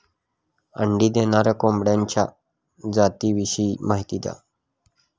अंडी देणाऱ्या कोंबडीच्या जातिविषयी माहिती द्या